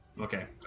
Okay